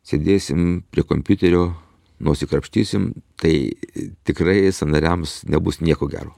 sėdėsim prie kompiuterio nosį krapštysime tai tikrai sąnariams nebus nieko gero